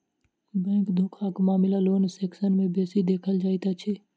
bank धोखाक मामिला loan section मे बेसी देखल जाइत अछि